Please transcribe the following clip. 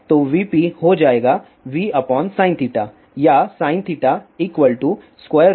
तो vp हो जाएगा vsin या sin 1 fcf2